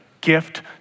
gift